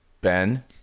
Ben